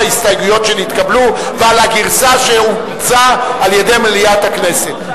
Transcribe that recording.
ההסתייגויות שנתקבלו ועל הגרסה שאומצה על-ידי מליאת הכנסת.